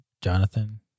Jonathan